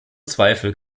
zweifel